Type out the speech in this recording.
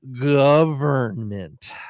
government